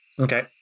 Okay